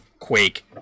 Quake